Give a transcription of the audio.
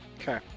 Okay